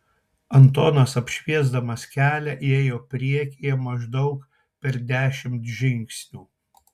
antonas apšviesdamas kelią ėjo priekyje maždaug per dešimt žingsnių